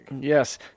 yes